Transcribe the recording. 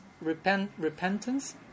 repentance